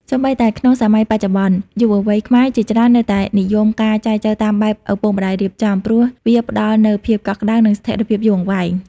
សូម្បីតែក្នុងសម័យបច្ចុប្បន្ន យុវវ័យខ្មែរជាច្រើននៅតែនិយមការចែចូវតាមបែបឪពុកម្ដាយរៀបចំ ព្រោះវាផ្ដល់នូវភាពកក់ក្ដៅ និងស្ថិរភាពយូរអង្វែង។